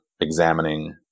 examining